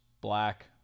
black